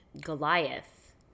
goliath